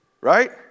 right